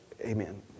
Amen